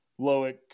Loic